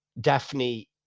daphne